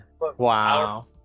Wow